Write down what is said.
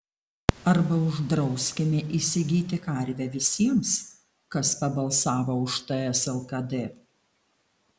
arba uždrauskime įsigyti karvę visiems kas pabalsavo už ts lkd